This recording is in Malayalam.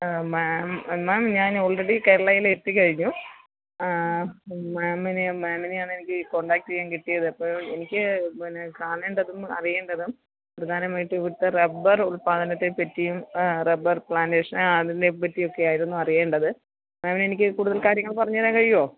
ആ മേം മേം ഞാൻ ഓൾറെഡി കേരളായിൽ എത്തികഴിഞ്ഞു മേമിന് മേമിനെയാണെനിക്ക് കൊണ്ടാക്റ്റെയാൻ കിട്ടിയത് അപ്പോ എനിക്ക് പിന്നെ കാണേണ്ടതും അറിയേണ്ടതും പ്രധാനമായിട്ടു ഇവ്ട്ത്തെ റബ്ബറുൽപ്പാദനത്തെ പറ്റിയും ആ റബ്ബർ പ്ലേൻ്റെഷനെ ആ അതിനെ പറ്റിയൊക്കെ ആയിരുന്നു അറിയേണ്ടത് മേം എനിക്ക് കൂട്തൽ കാര്യങ്ങൾ പറഞ്ഞേരാൻ കഴിയോ